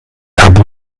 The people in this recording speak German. abu